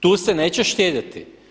Tu se neće štedjeti.